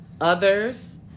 others